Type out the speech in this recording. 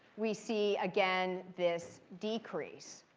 we see, again, this decrease.